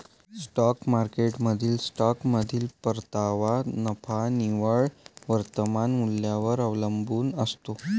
stock मार्केटमधील स्टॉकमधील परतावा नफा निव्वळ वर्तमान मूल्यावर अवलंबून असतो